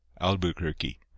albuquerque